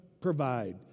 provide